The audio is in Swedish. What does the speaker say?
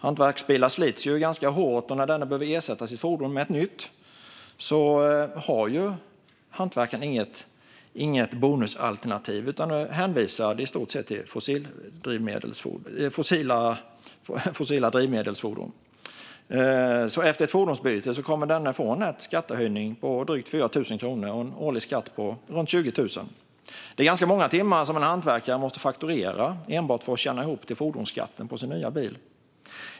Hantverksbilar slits ganska hårt, och när hantverkaren behöver ersätta sitt fordon med ett nytt har hantverkaren inget bonusalternativ utan är i stort sett hänvisad till fossildrivna fordon. Efter ett fordonsbyte kommer alltså hantverkaren att få en skattehöjning med drygt 4 000 kronor och en årlig skatt på runt 20 000. Det är ganska många timmar som en hantverkare måste fakturera enbart för att tjäna ihop till fordonsskatten på sin nya bil.